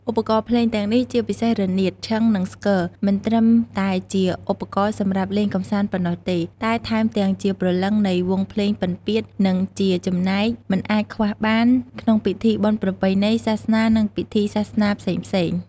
ឧបករណ៍ភ្លេងទាំងនេះ ជាពិសេស រនាត ឈិង និងស្គរ មិនត្រឹមតែជាឧបករណ៍សម្រាប់លេងកម្សាន្តប៉ុណ្ណោះទេ តែថែមទាំងជាព្រលឹងនៃ វង់ភ្លេងពិណពាទ្យ និងជាចំណែកមិនអាចខ្វះបាន ក្នុងពិធីបុណ្យប្រពៃណី សាសនា និងពិធីសាសនាផ្សេងៗ។